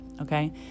Okay